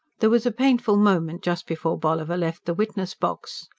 there was a painful moment just before bolliver left the witness-box.